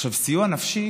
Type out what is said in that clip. עכשיו, סיוע נפשי